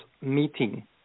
meeting